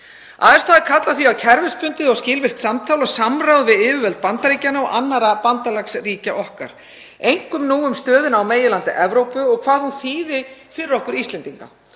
Aðstæður kalla því á kerfisbundið og skilvirkt samtal og samráð við yfirvöld Bandaríkjanna og annarra bandalagsríkja okkar, einkum nú um stöðuna á meginlandi Evrópu og hvað hún þýði fyrir okkur Íslendinga.